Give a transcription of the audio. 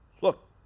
Look